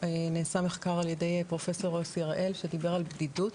נעשה מחקר על-ידי פרופ' הראל, שדיבר על בדידות.